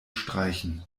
streichen